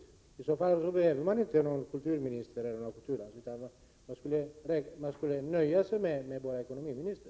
Det skulle innebära att det inte behövs någon kulturminister eller någon kulturansvarig utan att det skulle räcka med en ekonomiminister.